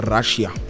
Russia